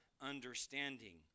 understanding